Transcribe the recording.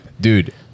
dude